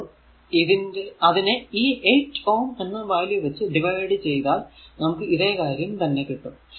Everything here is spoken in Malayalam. അപ്പോൾ അതിനെ ഈ 8 Ω എന്ന വാല്യൂ വെച്ച് ഡിവൈഡ് ചെയ്താൽ നമുക്ക് ഇതേ കാര്യം തന്നെ കിട്ടും